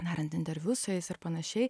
darant interviu su jais ir panašiai